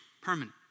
Permanent